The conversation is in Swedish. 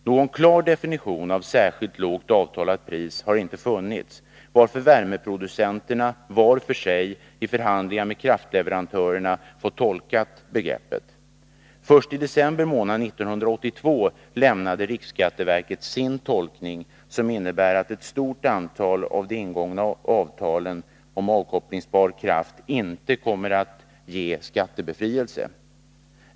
Någon klar definition av detta begrepp har inte funnits, varför värmeproducenterna var för sig, i förhandlingar med kraftleverantörerna, fått tolka begreppet. Först i december månad 1982 lämnade riksskatteverket sin tolkning, som innebär att ett stort antal av de ingångna avtalen om avkopplingsbar kraft inte kommer att ge skattebefrielse.